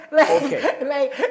Okay